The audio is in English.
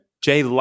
Jay